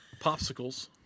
popsicles